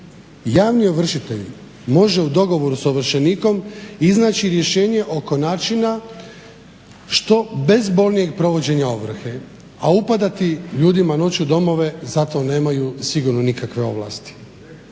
Javni ovršitelj može u dogovoru sa ovršenikom iznaći rješenje oko načina što bezbolnijeg provođenja ovrhe. A upadati ljudima noću u domove zato nemaju sigurno nikakve ovlasti.